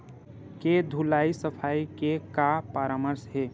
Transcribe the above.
के धुलाई सफाई के का परामर्श हे?